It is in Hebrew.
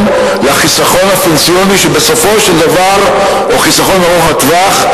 לחיסכון הפנסיוני או החיסכון ארוך הטווח,